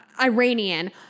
Iranian